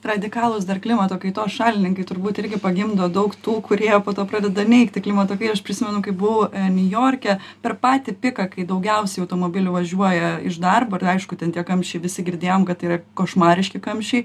radikalūs dar klimato kaitos šalininkai turbūt irgi pagimdo daug tų kurie po to pradeda neigti klimato kai aš prisimenu kaip buvo niujorke per patį piką kai daugiausiai automobilių važiuoja iš darbo ir aišku ten tie kamščiai visi girdėjom kad yra košmariški kamščiai